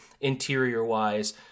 interior-wise